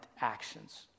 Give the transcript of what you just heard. actions